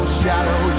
shadow